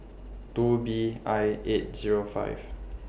two B I eight Zero five